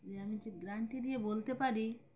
যে আমি যে গ্যারান্টি দিয়ে বলতে পারি